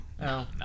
no